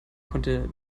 konnte